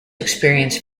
experience